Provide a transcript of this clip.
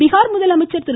பீகார் முதலமைச்சர் திரு